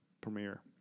premiere